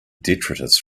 detritus